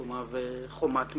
שהוא מהווה חומת מגן,